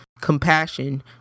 compassion